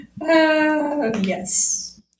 Yes